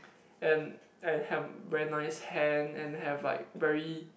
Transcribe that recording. and and have very nice hand and have like very